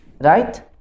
Right